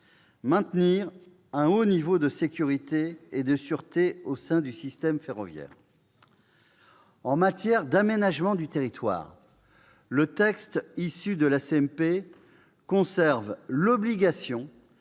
maintenir un haut niveau de sécurité et de sûreté au sein du système ferroviaire. En matière d'aménagement du territoire, le texte issu de la CMP conserve l'obligation